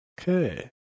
Okay